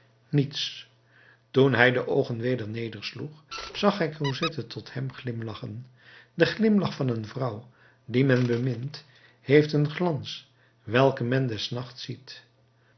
niets toen hij de oogen weder nedersloeg zag hij cosette tot hem glimlachen de glimlach van een vrouw die men bemint heeft een glans welken men des nachts ziet